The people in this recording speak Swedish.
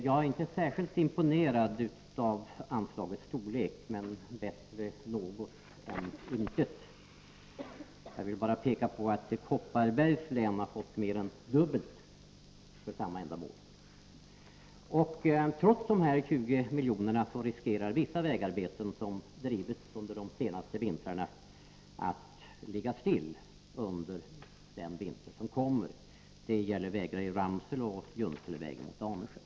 Jag är inte särskilt imponerad av anslagets storlek — men bättre något än intet. Jag vill bara peka på att Kopparbergs län har fått mer än dubbelt så mycket för samma ändamål. Trots dessa 20 miljoner riskerar vissa vägarbeten som drivits under de senaste vintrarna att ligga stilla under den vinter som kommer. Det gäller vägar i Ramsele och Junselevägen mot Anundsjö.